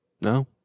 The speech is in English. no